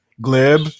glib